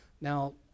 now